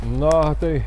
na tai